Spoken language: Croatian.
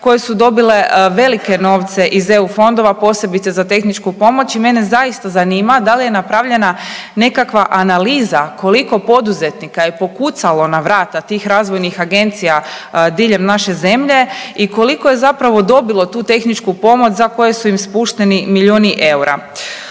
koje su dobile velike novce iz eu fondova, posebice za tehničku pomoć. I mene zaista zanima da li je napravljena nekakva analiza koliko poduzetnika je pokucalo na vrata tih razvojnih agencija diljem naše zemlje i koliko je zapravo dobilo tu tehničku pomoć za koje su im spušteni milijuni eura?